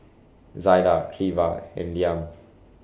Zaida Cleva and Liam